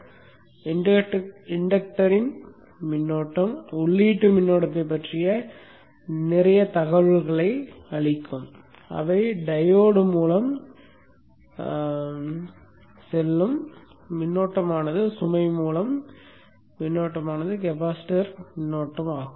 மின்இன்டக்டர் யின் மின்னோட்டம் உள்ளீட்டு மின்னோட்டத்தைப் பற்றிய நிறைய தகவல்களைக் கொடுக்கும் அவை டயோட் வழியாக செல்லும் மின்னோட்டமானது சுமை வழியாக செல்லும் மின்னோட்டமானது கெபாசிட்டர் வழியாக செல்லும் மின்னோட்டமானது